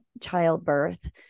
childbirth